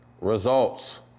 results